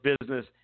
business